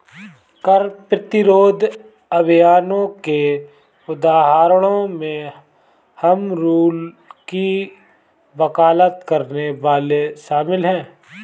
कर प्रतिरोध अभियानों के उदाहरणों में होम रूल की वकालत करने वाले शामिल हैं